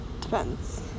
Depends